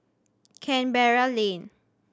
Canberra Lane